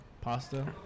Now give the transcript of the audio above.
Pasta